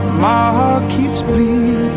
ah keeps bleeding